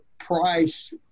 price